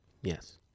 Yes